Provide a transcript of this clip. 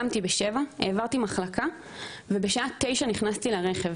קמתי בשבע, העברתי מחלקה ובשעה תשע נכנסתי לרכב